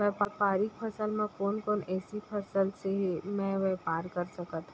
व्यापारिक फसल म कोन कोन एसई फसल से मैं व्यापार कर सकत हो?